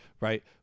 Right